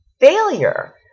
Failure